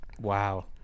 Wow